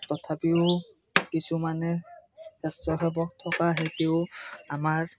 তথাপিও কিছুমানে স্বেচ্ছাসেৱক থকা হেতিও আমাৰ